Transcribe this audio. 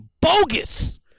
bogus